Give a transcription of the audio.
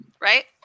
right